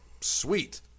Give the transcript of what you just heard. Sweet